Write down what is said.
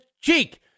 cheek